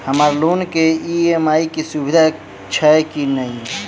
हम्मर लोन केँ ई.एम.आई केँ सुविधा छैय की नै?